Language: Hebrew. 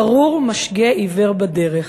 "ארור משגה עִוֵּר בדרך".